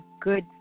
good